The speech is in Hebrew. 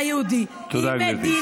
תודה, גברתי.